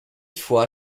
fois